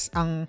ang